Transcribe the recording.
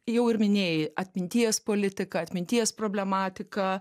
jau ir minėjai atminties politiką atminties problematiką